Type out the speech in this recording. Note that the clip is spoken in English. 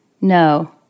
No